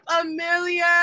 amelia